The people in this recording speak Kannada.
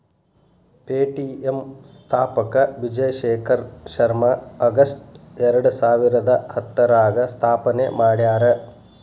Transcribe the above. ಪೆ.ಟಿ.ಎಂ ಸ್ಥಾಪಕ ವಿಜಯ್ ಶೇಖರ್ ಶರ್ಮಾ ಆಗಸ್ಟ್ ಎರಡಸಾವಿರದ ಹತ್ತರಾಗ ಸ್ಥಾಪನೆ ಮಾಡ್ಯಾರ